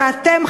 ואתם,